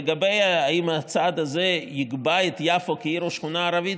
לגבי השאלה אם הצעד הזה יקבע את יפו כעיר או שכונה ערבית,